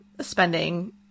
spending